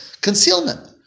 concealment